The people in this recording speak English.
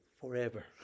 forever